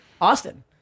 Austin